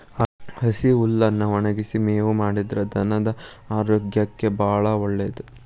ಹಸಿ ಹುಲ್ಲನ್ನಾ ಒಣಗಿಸಿ ಮೇವು ಮಾಡಿದ್ರ ಧನದ ಆರೋಗ್ಯಕ್ಕೆ ಬಾಳ ಒಳ್ಳೇದ